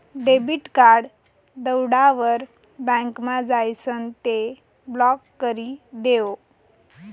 debit card दवडावर बँकमा जाइसन ते ब्लॉक करी देवो